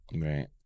right